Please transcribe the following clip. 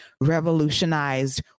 revolutionized